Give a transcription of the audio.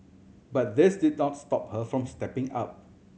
but this did not stop her from stepping up